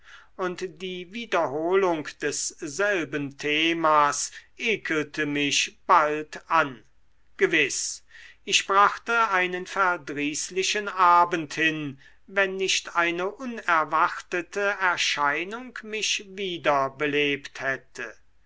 und die wiederholung desselben themas ekelte mich bald an gewiß ich brachte einen verdrießlichen abend hin wenn nicht eine unerwartete erscheinung mich wieder belebt hätte